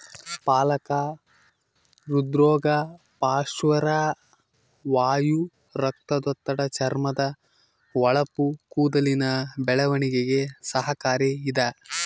ಪಾಲಕ ಹೃದ್ರೋಗ ಪಾರ್ಶ್ವವಾಯು ರಕ್ತದೊತ್ತಡ ಚರ್ಮದ ಹೊಳಪು ಕೂದಲಿನ ಬೆಳವಣಿಗೆಗೆ ಸಹಕಾರಿ ಇದ